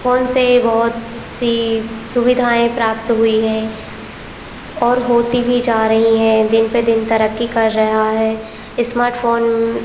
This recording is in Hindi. फ़ोन से बहुत सी सुविधाएँ प्राप्त हुई हैं और होती भी जा रही हैं दिन पर दिन तरक्की कर रहा है इस्मार्टफोन